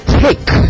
take